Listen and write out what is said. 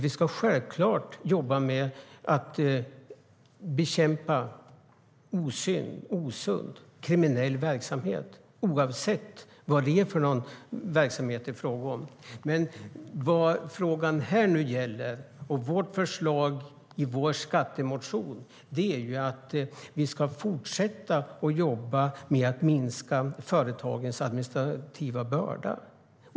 Vi ska självklart jobba med att bekämpa osund, kriminell verksamhet, oavsett vad det är för verksamhet det är fråga om. Vad frågan här och nu gäller, liksom vårt förslag i skattemotionen, är att vi ska fortsätta jobba med att minska företagens administrativa börda.